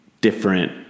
different